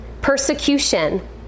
persecution